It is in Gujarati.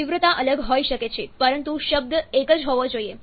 તીવ્રતા અલગ હોઈ શકે છે પરંતુ શબ્દ એક જ હોવો જોઈએ